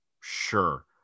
sure